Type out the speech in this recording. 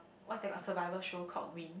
what's that called survival show called win